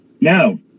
No